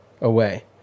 away